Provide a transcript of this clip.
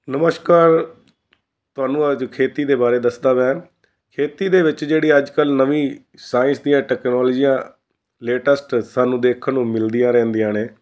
ਨਮਸਕਾਰ ਤੁਹਾਨੂੰ ਅੱਜ ਖੇਤੀ ਦੇ ਬਾਰੇ ਦੱਸਦਾ ਮੈਂ ਖੇਤੀ ਦੇ ਵਿੱਚ ਜਿਹੜੀ ਅੱਜ ਕੱਲ੍ਹ ਨਵੀਂ ਸਾਇੰਸ ਦੀਆਂ ਟੈਕਨੋਲੋਜੀਆਂ ਲੇਟੈਸਟ ਸਾਨੂੰ ਦੇਖਣ ਨੂੰ ਮਿਲਦੀਆਂ ਰਹਿੰਦੀਆਂ ਨੇ